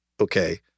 okay